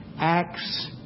acts